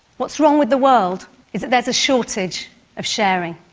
what's wrong with the world is that there is a shortage of sharing.